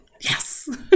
Yes